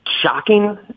shocking